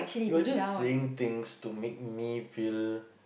you're just saying things to make me feel